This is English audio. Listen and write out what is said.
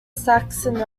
saxon